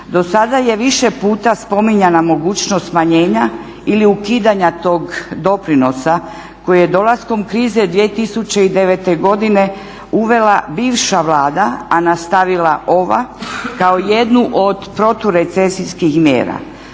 Dosada je više puta spominjana mogućnost smanjenja ili ukidanja tog doprinosa koji je dolaskom krize 2009. godine uvela bivša Vlada, a nastavila ova, kao jednu od proturecesijskih mjera.